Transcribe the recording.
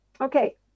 okay